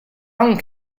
own